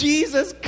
Jesus